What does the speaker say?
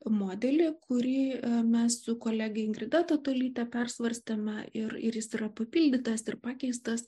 modelį kurį mes su kolege ingrida tatolyte persvarstėme ir ir jis yra papildytas ir pakeistas